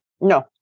No